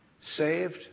saved